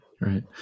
Right